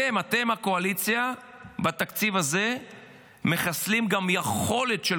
אתם הקואליציה בתקציב הזה מחסלים גם את היכולת של